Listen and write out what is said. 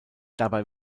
dabei